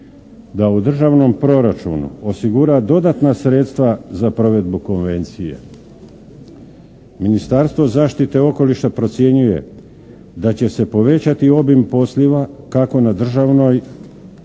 da u državnom proračunu osigura dodatna sredstva za provedbu Konvencije. Ministarstvo zaštite okoliša procjenjuje da će se povećati obijm poslova kako na državnoj